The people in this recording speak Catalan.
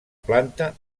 planta